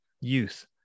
youth